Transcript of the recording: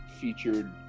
featured